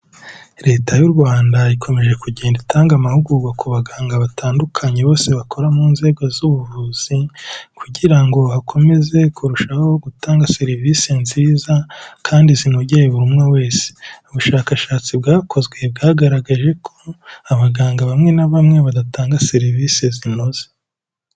Leta y'u Rwanda ikomeje kugenda itanga amahugurwa ku baganga batandukanye bose bakora mu nzego z'ubuvuzi kugira ngo bakomeze kurushaho gutanga serivisi nziza kandi zinogeye buri umwe wese, ubushakashatsi bwakozwe bwagaragaje ko abaganga bamwe na bamwe badatanga serivisi zinoze.